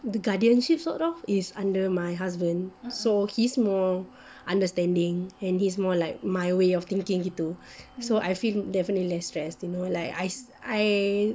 the guardianship sort of is under my husband so he's more understanding and he's more like my way of thinking gitu so I feel definitely less stressed you know like I I